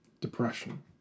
Depression